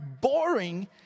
boring